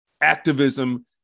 activism